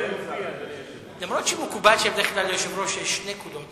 אף-על-פי שמקובל שבדרך כלל ליושב-ראש יש שני קולות,